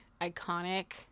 iconic